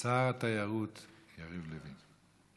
שר התיירות יריב לוין.